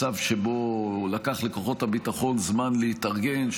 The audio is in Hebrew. מצב שבו לקח לכוחות הביטחון זמן להתארגן,